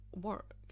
work